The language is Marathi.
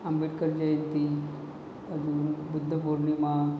आंबेडकर जयंती अजून बुद्ध पोर्णिमा